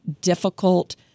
difficult